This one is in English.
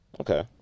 Okay